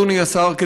אדוני השר,